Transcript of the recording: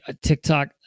TikTok